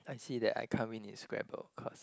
I see that I can't win in Scrabble cause